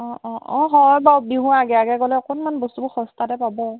অঁ অঁ অঁ হয় বাৰু বিহুৰ আগে আগে গ'লে অকণমান বস্তুবোৰ সস্তাতে পাব